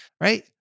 right